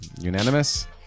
unanimous